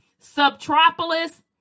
subtropolis